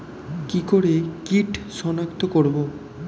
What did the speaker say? কি করে কিট শনাক্ত করব?